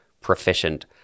proficient